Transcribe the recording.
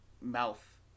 mouth